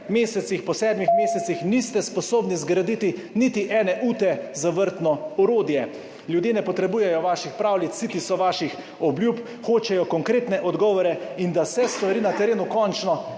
mesecih.« Po sedmih mesecih niste sposobni zgraditi niti ene ute za vrtno orodje! Ljudje ne potrebujejo vaših pravljic, siti so vaših obljub, hočejo konkretne odgovore in da se stvari na terenu končno